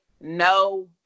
no